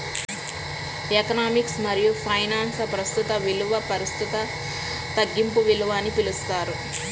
economics మరియుఫైనాన్స్లో, ప్రస్తుత విలువనుప్రస్తుత తగ్గింపు విలువ అని పిలుస్తారు